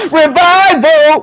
revival